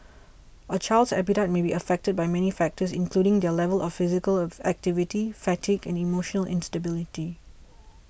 a child's appetite may be affected by many factors including their level of physical of activity fatigue and emotional instability